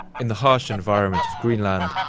in the harsh environment of greenland,